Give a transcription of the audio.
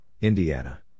Indiana